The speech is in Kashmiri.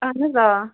اہن حظ آ